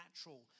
natural